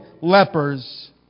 lepers